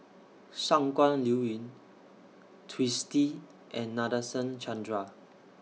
Shangguan Liuyun Twisstii and Nadasen Chandra